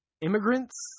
immigrants